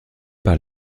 par